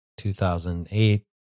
2008